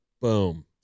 Boom